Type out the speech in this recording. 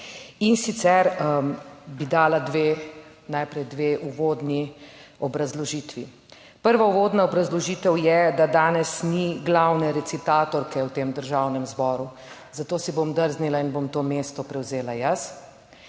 In sicer bi dala dve najprej dve uvodni obrazložitvi. Prva uvodna obrazložitev je, da danes ni glavne recitatorke v tem Državnem zboru, zato si bom drznila in bom to mesto prevzela jaz.